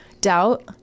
Doubt